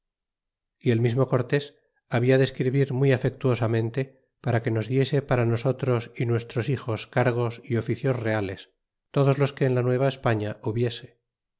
y el mismo cortés habia de escribir muy afectuosamente para que nos diese para nosotros y nuestros hijos cargos y oficios reales todos os que en la nueva españa hubiese